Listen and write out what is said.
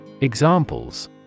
Examples